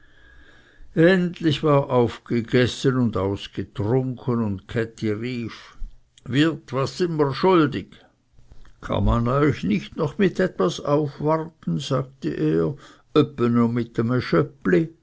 endlich war aufgegessen und ausgetrunken und käthi rief wirt was sy mr schuldig kann man euch nicht noch mit etwas aufwarten sagte er öppe no mit